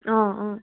অঁ অঁ